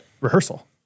rehearsal